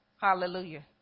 Hallelujah